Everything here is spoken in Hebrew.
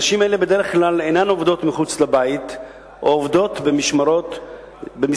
נשים אלו בדרך כלל אינן עובדות מחוץ לבית או עובדות במשרות זמניות.